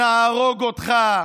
נהרוג אותך,